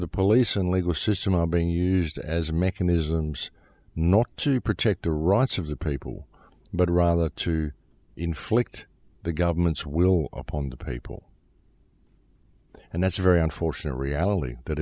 the police and legal system are being used as mechanisms not to protect the rights of the people but rather to inflict the government's will upon the papal and that's a very unfortunate reality that